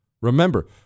Remember